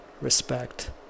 respect